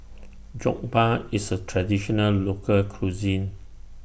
Jokbal IS A Traditional Local Cuisine